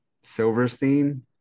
Silverstein